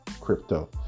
crypto